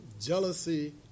Jealousy